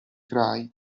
cray